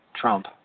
Trump